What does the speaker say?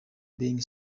being